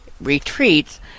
retreats